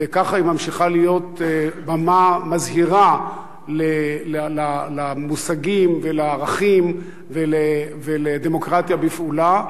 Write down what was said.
וככה היא ממשיכה להיות במה מזהירה למושגים ולערכים ולדמוקרטיה בפעולה.